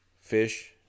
fish